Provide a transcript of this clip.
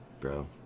Bro